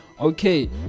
okay